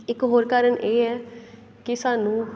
ਇੱਕ ਹੋਰ ਕਾਰਨ ਇਹ ਹੈ ਕਿ ਸਾਨੂੰ